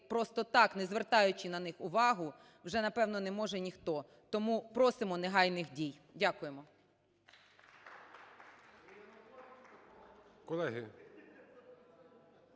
просто так, не звертаючи на них увагу, вже, напевно, не може ніхто. Тому просимо негайних дій. Дякуємо.